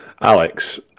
Alex